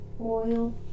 oil